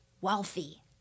wealthy